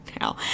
now